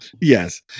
Yes